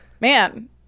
Man